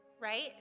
right